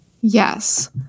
Yes